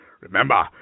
Remember